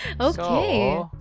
Okay